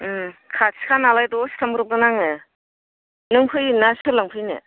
खाथिखा नालाय दसे थांब्र'बगोन आङो नों फैयोना सोर लांफैगोन